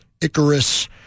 Icarus